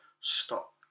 stop